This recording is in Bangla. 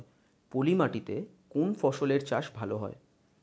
পলি মাটিতে কোন ফসলের চাষ ভালো হয়?